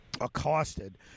accosted